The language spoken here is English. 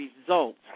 results